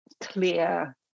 clear